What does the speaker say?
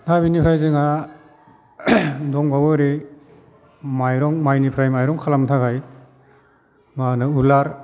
दा बिनिफ्राय जोंहा दंबावो ओरै माइरं माइनिफ्राय माइरं खालामनो थाखाय मा होनो उलार